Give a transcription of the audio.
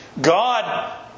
God